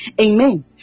Amen